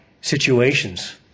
situations